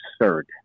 absurd